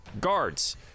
guards